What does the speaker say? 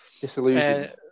Disillusioned